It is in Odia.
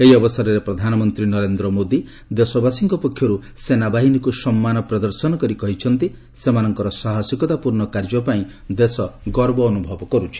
ଏହି ଅବସରରେ ପ୍ରଧାନମନ୍ତ୍ରୀ ନରେନ୍ଦ୍ର ମୋଦି ଦେଶବାସୀଙ୍କ ପକ୍ଷରୁ ସେନାବାହିନୀକୁ ସମ୍ମାନ ପ୍ରଦର୍ଶନ କରି କହିଛନ୍ତି ସେମାନଙ୍କର ସାହସିକତାପୂର୍ଣ୍ଣ କାର୍ଯ୍ୟ ପାଇଁ ଦେଶ ଗର୍ବ ଅନୁଭବ କରୁଛି